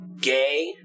gay